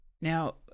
Now